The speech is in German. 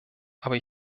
aber